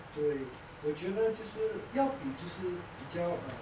对我觉得就是要比就是比较 err